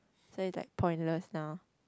say like pointless now